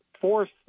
force